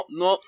no